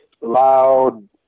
loud